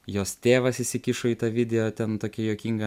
jos tėvas įsikišo į tą video ten tokia juokinga